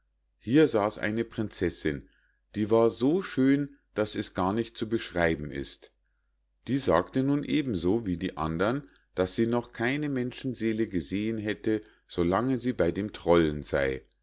hier saß eine prinzessinn die war so schön daß es gar nicht zu beschreiben ist die sagte nun eben so wie die andern daß sie noch keine menschenseele gesehen hätte so lange sie bei dem trollen sei